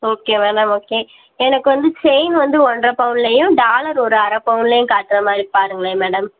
okay madam okay எனக்கு வந்து chain வந்து ஒன்றரை பவுன்லேயும் டாலர் ஒரு அரை பவுன்லேயும் காட்டுகிற மாதிரி பாருங்களேன் மேடம்